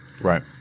Right